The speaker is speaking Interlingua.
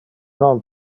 non